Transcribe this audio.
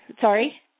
Sorry